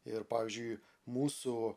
ir pavyzdžiui mūsų